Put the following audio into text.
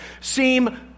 seem